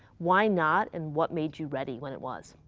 why not, and what made you ready when it was.